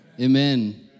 Amen